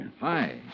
Hi